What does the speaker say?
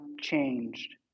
changed